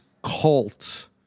Cult